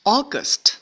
,August